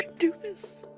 do this.